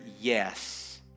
yes